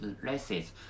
races